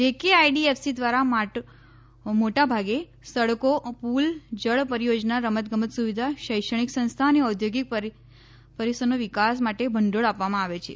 જે કે આઇડીએફસી દ્વારા માટો ભઆગે સડકો પુલો જળ પરીયોજના રમતગમત સુવિધા શૈક્ષણિક સંસ્થા અને ઔદ્યોગિક પરિસનો વિકાસ માટેલ ભંડોળ આપવામાં આવે છે